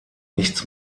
nichts